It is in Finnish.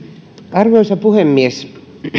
arvoisa puhemies